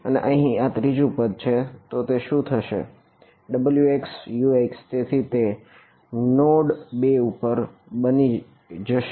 અને અહીં આ ત્રીજું પદ છે તો શું થશે w x u x તેથી તે નોડ 2 ઉપર બની જશે તે શું હશે